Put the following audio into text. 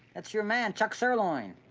that's your man, chuck sirloin.